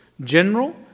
General